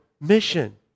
mission